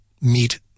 meet